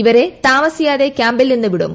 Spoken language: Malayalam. ഇവരെ താമസിയാതെ ക്യാമ്പിൽ നിന്ന് വിടും